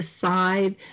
decide